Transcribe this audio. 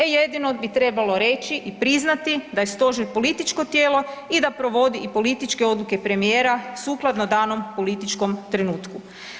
E jedino bi trebalo reći i priznati da je Stožer političko tijelo i da provodi i političke odluke premijera sukladno danom političkom trenutku.